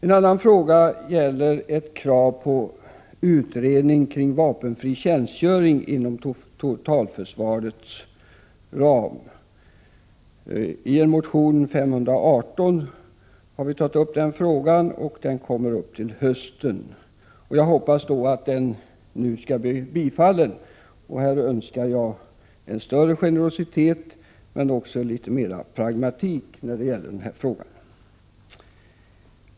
En annan fråga gäller ett krav på utredning om vapenfri tjänstgöring inom totalförsvarets ram. Jag har tagit upp den frågan i motion Fö518. Den kommer upp till behandling i höst. Jag hoppas att den skall vinna bifall. Jag önskar nu en större generositet och litet mera pragmatik när det gäller den här frågan.